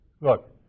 look